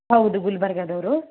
ಹೌದು ಗುಲ್ಬರ್ಗದವರು